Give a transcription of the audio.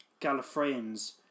Gallifreyans